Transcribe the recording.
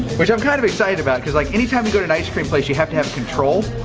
which i'm kind of excited about, cause like anytime you go to an ice-cream place, you have to have control,